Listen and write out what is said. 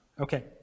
okay